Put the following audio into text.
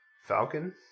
Falcon